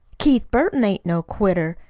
keith burton ain't no quitter.